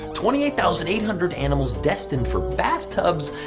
twenty eight thousand eight hundred animals, destined for bathtubs,